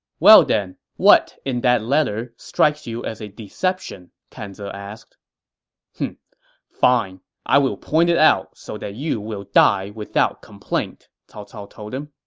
well then, what in that letter strikes you as a deception? kan ze asked fine, i will point it out so that you will die without complaint, cao cao told him.